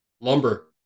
Lumber